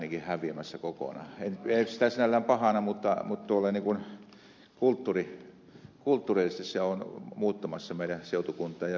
en pidä sitä sinällään pahana mutta noin kulttuurillisesti se on muuttamassa meidän seutukuntaa